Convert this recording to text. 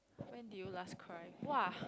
when did you last cry !wah!